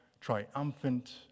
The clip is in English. triumphant